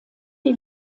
die